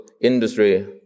industry